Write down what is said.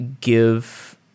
give